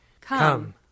Come